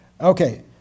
Okay